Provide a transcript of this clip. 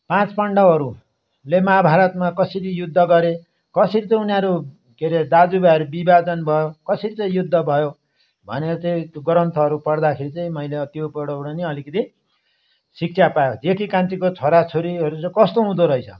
पाँच पाण्डवहरूले महाभारतमा कसरी युद्ध गरे कसरी चाहिँ उनीहरू के अरे दाजु भाइहरू विभाजन भयो कसरी चाहिँ युद्ध भयो भनेर चाहिँ ग्रन्थहरू पढ्दाखेरि चाहिँ मैले त्योबाट पनि अलिकति शिक्षा पायो जेठी कान्छीको छोरा छोरीहरू चाहिँ कस्तो हुँदो रहेछ